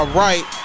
right